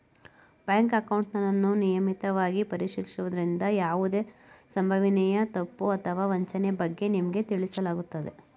bank ಅಕೌಂಟನ್ನು ನಿಯಮಿತವಾಗಿ ಪರಿಶೀಲಿಸುವುದ್ರಿಂದ ಯಾವುದೇ ಸಂಭವನೀಯ ತಪ್ಪು ಅಥವಾ ವಂಚನೆ ಬಗ್ಗೆ ನಿಮ್ಗೆ ತಿಳಿಸಲಾಗುತ್ತೆ